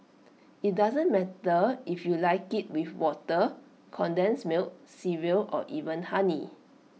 IT doesn't matter if you like IT with water condensed milk cereal or even honey